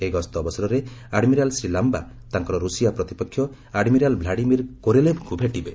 ଏହି ଗସ୍ତ ଅବସରରେ ଆଡ୍ମିରାଲ୍ ଶ୍ରୀ ଲାମ୍ବା ତାଙ୍କର ରୁଷିଆ ପ୍ରତିପକ୍ଷ ଆଡମିରାଳ୍ ଭ୍ରାଡିମିର୍ କୋରେଲେଭଙ୍କ ଭେଟିବେ